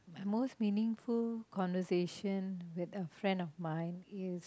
most meaningful conversation with a friend of mine is